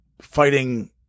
fighting